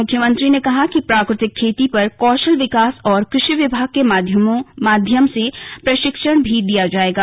मुख्यमंत्री ने कहा कि प्राकृतिक खेती पर कौशल विकास और कृषि विभाग के माध्यम से प्रशिक्षण भी दिया जायेगा